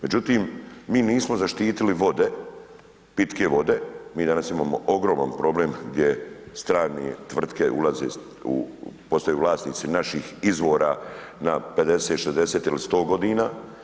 Međutim, mi nismo zaštitili vode, pitke vode, mi danas imamo ogroman problem gdje strane tvrtke ulaze, postaju vlasnici naših izvora na 50, 60 ili 100 godina.